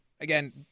again –